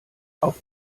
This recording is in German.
auf